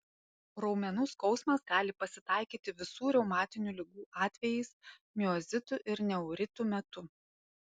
raumenų skausmas gali pasitaikyti visų reumatinių ligų atvejais miozitų ir neuritų metu